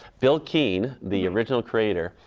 bill keene, the original creator,